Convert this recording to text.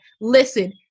Listen